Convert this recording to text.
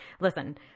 Listen